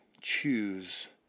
choose